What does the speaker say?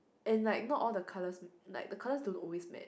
and like not all the colors like the colors don't always match